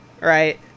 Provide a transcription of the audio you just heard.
Right